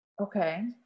Okay